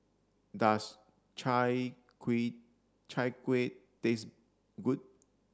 does chai kuih chai kuih taste good